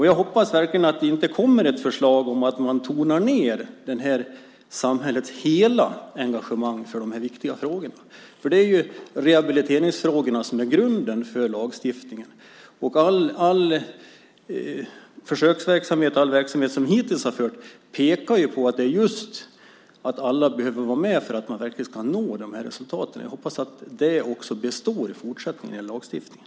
Jag hoppas verkligen att det inte kommer ett förslag om att tona ned samhällets hela engagemang för de här viktiga frågorna. Det är rehabiliteringsfrågorna som är grunden för lagstiftningen. All försöksverksamhet och all verksamhet hittills pekar just på att alla behöver vara med för att man verkligen ska nå de här resultaten. Jag hoppas att det också består i lagstiftningen i fortsättningen.